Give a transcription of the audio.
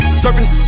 surfing